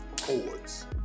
chords